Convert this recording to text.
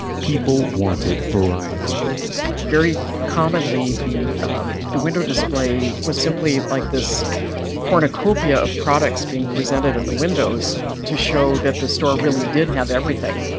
people wanted variety very commonly the the window display was simply like this cornucopia of products being presented in the windows to show that the store really did have everything,